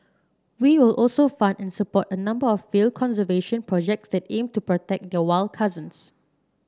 we will also fund and support a number of field conservation projects that aim to protect their wild cousins